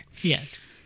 Yes